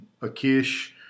Akish